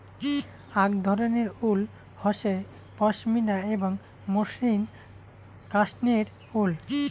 আক ধরণের উল হসে পশমিনা এবং মসৃণ কাশ্মেয়ার উল